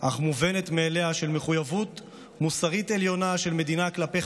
אך מובנת מאליה: מחויבות מוסרית עליונה של מדינה כלפי